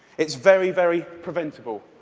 it's very, very preventable.